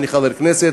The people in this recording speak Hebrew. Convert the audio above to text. אני חבר כנסת,